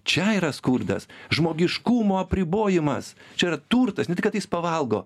čia yra skurdas žmogiškumo apribojimas čia yra turtas ne tai kad jis pavalgo